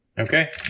Okay